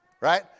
right